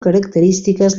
característiques